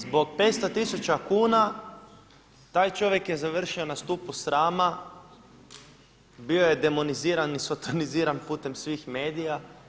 Zbog 500 tisuća kuna taj čovjek je završio na stupu srama, bio je demoniziran i sotoniziran putem svih medija.